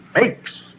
makes